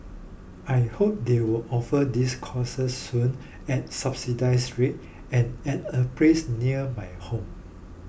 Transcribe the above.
I hope they will offer these courses soon at subsidised rates and at a place near my home